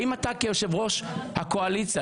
האם אתה כיושב-ראש הקואליציה,